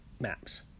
maps